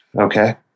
Okay